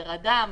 פר אדם?